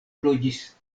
loĝis